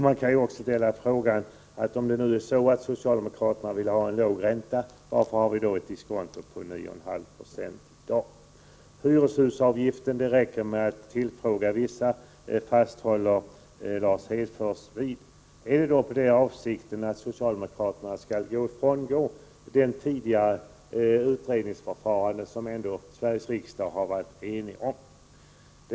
Man kan också ställa frågan: Om det är så att socialdemokraterna vill ha en låg ränta, varför har vi då ett diskonto på 9,5 90 i dag? Lars Hedfors vidhåller att det räcker med att tillfråga vissa beträffande hyreshusavgiften. Är avsikten den att socialdemokraterna skall frångå det utredningsförfarande som Sveriges riksdag ändå har varit enig om?